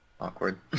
Awkward